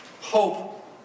hope